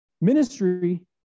ministry